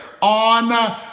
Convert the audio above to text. on